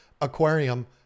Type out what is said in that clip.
aquarium